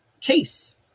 case